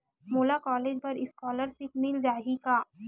मोला कॉलेज बर स्कालर्शिप मिल जाही का?